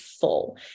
full